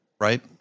Right